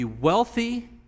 wealthy